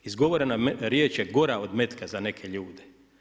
Izgovorena riječ je gora od metka za neke ljude.